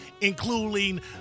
including